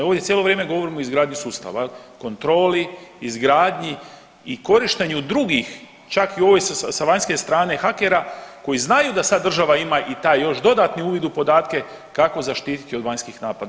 Ovdje cijelo vrijeme govorim o izgradnji sustava, kontroli, izgradnji i korištenju drugih čak i ovih sa vanjske strane hakera koji znaju da sad država ima i taj još dodatni uvid u podatke kako zaštititi od vanjskih napada.